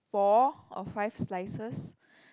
four or five slices